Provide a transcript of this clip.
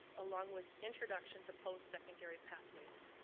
along with introduction to post-secondary pathways.